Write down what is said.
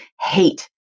hate